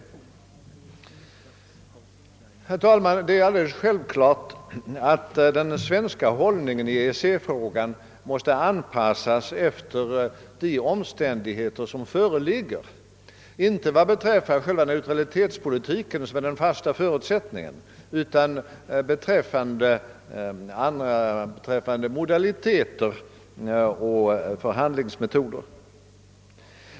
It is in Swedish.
Herr talman! Det är självklart att den svenska hållningen i EEC-frågan måste anpassas efter de omständigheter som föreligger, inte vad beträffar själva neutralitetspolitiken, som är den fasta förutsättningen, utan beträffande modaliteter och förhandlingsmetoder.